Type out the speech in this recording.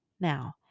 Now